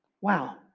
Wow